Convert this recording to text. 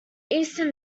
eastern